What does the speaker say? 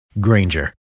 Granger